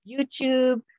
YouTube